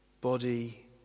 body